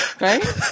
Right